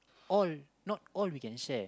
all not all we can share